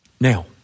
Now